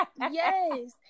yes